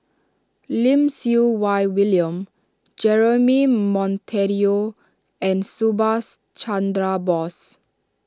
Lim Siew Wai William Jeremy Monteiro and Subhas Chandra Bose